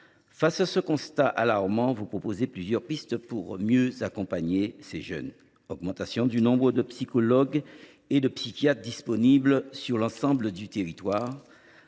Face à ce constat alarmant, vous proposez plusieurs pistes pour mieux accompagner ces jeunes : augmentation du nombre de psychologues et de psychiatres disponibles sur l’ensemble du territoire